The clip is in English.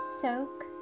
soak